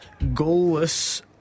Goalless